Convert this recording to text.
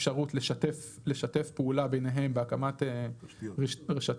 אפשרות לשתף פעולה ביניהם בהקמת רשתות.